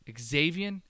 Xavier